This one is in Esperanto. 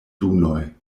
dunoj